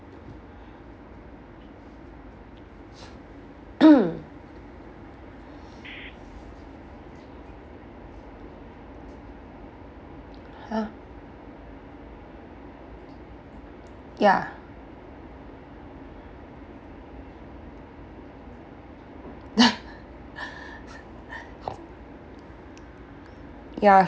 !huh! ya ya